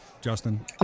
Justin